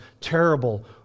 terrible